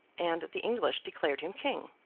and the english declared him king.